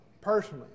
personally